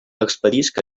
expedisc